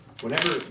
Whenever